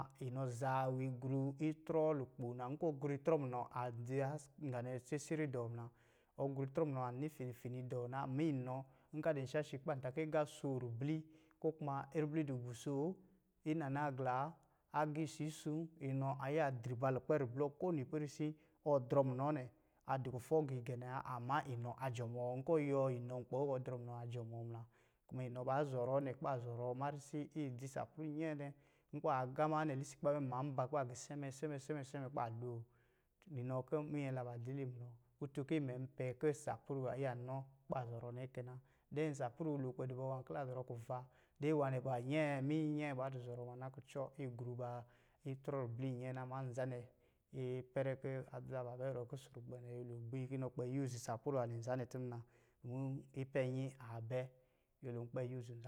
Inɔ zaa nwā igru itrɔ lukpo na, nkɔ̄ ɔ gru itrɔ munɔ an dzi wa nga nɛ sesere dɔɔ munɔ, ɔ gru itrɔ munɔ an ni fifini dɔɔ na ma inɔ, nkɔ̄ a dɔ̄ shashi kɔ̄ ban ta kɔ̄ agā asoo ribli, ko kuma ribli a dɔ̄ gusoo, inanagla, agiisū isū, inɔ ayiya dri ba lukpɛ ari bli wɔ kowini ipɛrɛsi, ɔdrɔ munɔ nɛ, a dɔ̄ kufɔ giigɛnɛ wa. Ama inɔ ajɔmɔɔ nkɔ̄ ɔyuwɔ inɔ nkpi wɔ bɔ ajɔmɔɔ muna. Kuma inɔ ba zɔrɔ nɛ-kɔ̄ ba zɔrɔɔma risi idzi a saplu inyɛɛ nɛ, nkɔ̄ ba gama nɛ lisi kɔ̄ ba bɛ ma mbā kɔ̄ ba gɔ sɛmɛ sɛmɛ-sɛmɛ kɔ̄ ba loo, inɔ kɔ̄ minyɛ laba kutun kɔ̄ imɛ npɛ kɔ̄ saplu ba yiya nɔ kɔ̄ ba zɔrɔ nɛ kɛ na. de nwā nɛ ba myɛɛ minyɛ inyɛɛ ba dɔ̄ zɔrɔ bana, kucɔ igru ba itrɔ a ribli inyɛɛ na. Ama nza nɛ, ipɛrɛ kɔ̄ adza baa bɛ zɔrɔ kusru kpɛ nɛ, nyolo angbi kɔ̄ inɔ kpɛ saplu nwā nɛ nzanɛ tɔ muna dumu ipɛnnyi aa bɛ nyolo ankpɛ na.